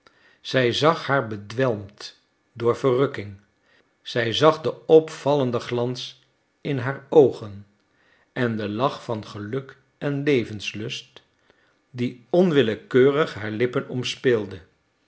zij zag haar bedwelmd door verrukking zij zag den opvallenden glans in haar oogen en den lach van geluk en levenslust die onwillekeurig haar lippen omspeelde